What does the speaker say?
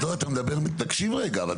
אתה מדבר, תקשיב רגע.